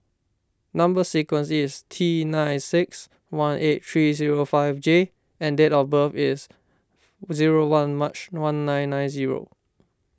Number Sequence is T nine six one eight three zero five J and date of birth is zero one March one nine nine zero